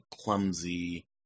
clumsy